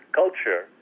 culture